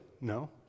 No